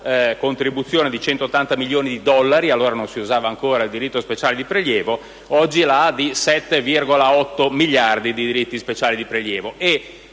una contribuzione di 180 milioni di dollari (allora non si usava ancora il diritto speciale di prelievo) che oggi è salita a 7,8 miliardi di diritti speciali di prelievo.